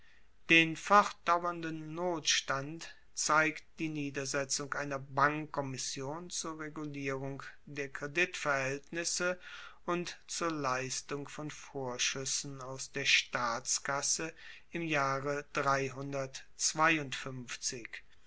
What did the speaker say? den fortdauernden notstand zeigt die niedersetzung einer bankkommission zur regulierung der kreditverhaeltnisse und zur leistung von vorschuessen aus der staatskasse im jahre